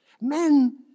Men